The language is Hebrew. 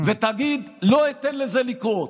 ותגיד: לא אתן לזה לקרות.